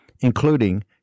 including